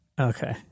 Okay